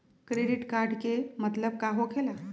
Credit card के मतलब का होकेला?